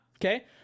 okay